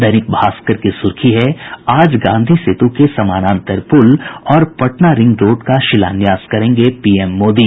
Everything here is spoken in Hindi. दैनिक भास्कर की सुर्खी है आज गांधी सेतु समानांतर पुल और पटना रिंग रोड का शिलान्यास करेंगे पीएम मोदी